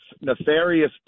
nefarious